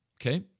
okay